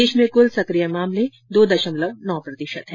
देश में कुल सकिय मामले दो दशमलव नौ प्रतिशत है